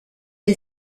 est